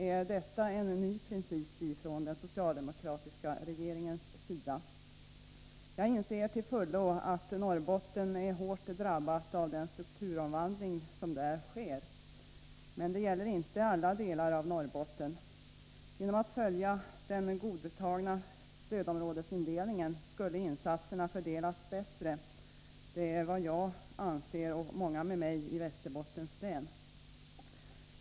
Är detta en ny princip från den socialdemokratiska regeringens sida? Jag inser till fullo att Norrbotten är hårt drabbat av den strukturomvandling som pågår. Men det gäller inte alla delar av Norrbotten. Genom att följa den godtagna stödområdesindelningen skulle insatserna fördelas bättre. Det är vad jag och många med mig i Västerbottens län anser.